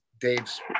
Dave's